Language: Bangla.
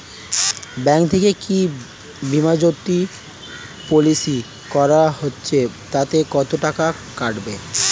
ব্যাঙ্ক থেকে কী বিমাজোতি পলিসি করা যাচ্ছে তাতে কত করে কাটবে?